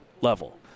level